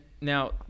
now